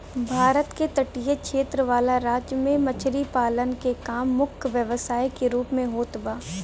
भारत के तटीय क्षेत्र वाला राज्य में मछरी पालन के काम मुख्य व्यवसाय के रूप में होत बा